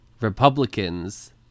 Republicans